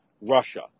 Russia